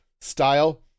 style